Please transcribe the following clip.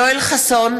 יואל חסון,